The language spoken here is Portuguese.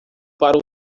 para